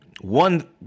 one